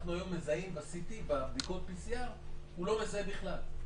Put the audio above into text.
שאנחנו היום מזהים בבדיקות PCR, הוא לא מזהה בכלל.